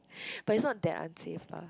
but it's not that unsafe lah